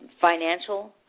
financial